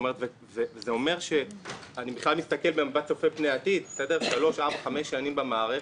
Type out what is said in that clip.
אני מסתכל במבט צופה פני עתיד שלוש-ארבע-חמש שנים במערכת.